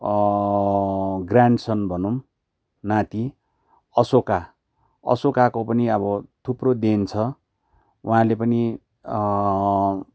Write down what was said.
grand सन भनौँ नाति अशोका अशोकाको पनि अब थुप्रो देन छ उहाँले पनि